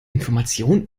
informationen